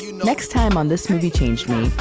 yeah next time on this movie changed me,